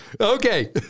Okay